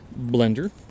Blender